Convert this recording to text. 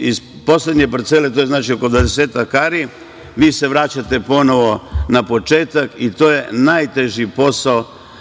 iz poslednje parcele, to je znači oko dvadesetak ari, vi se vraćate ponovo na početak i to je najteži posao